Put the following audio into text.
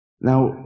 Now